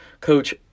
Coach